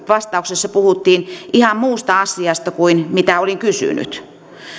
vastauksessa puhuttiin ihan muusta asiasta kuin mitä olin kysynyt